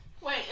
Wait